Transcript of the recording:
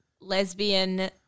lesbian